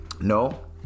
no